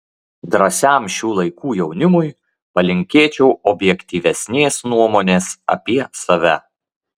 drąsiam šių laikų jaunimui palinkėčiau objektyvesnės nuomonės apie save